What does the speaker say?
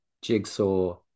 jigsaw